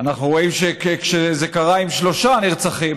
אנחנו רואים שכשזה קרה עם שלושה נרצחים